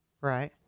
Right